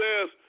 says